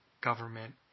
government